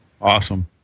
Awesome